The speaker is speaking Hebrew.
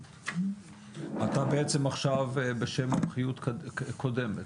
אתה בעצם עכשיו בשם מומחיות קודמת,